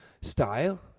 style